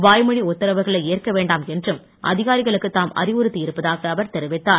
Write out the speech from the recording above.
வாய்மொழி உத்தரவுகளை ஏற்க வேண்டாம் என்றும் அதிகாரிகளுக்கு தாம் அறிவுறுத்தி இருப்பதாக அவர் தெரிவித்தார்